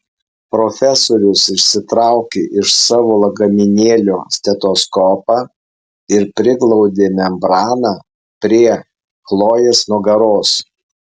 profesorius išsitraukė iš savo lagaminėlio stetoskopą ir priglaudė membraną prie chlojės nugaros